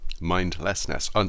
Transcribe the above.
mindlessness